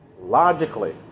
logically